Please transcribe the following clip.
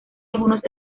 algunos